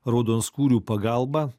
raudonskūrių pagalba